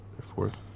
Fourth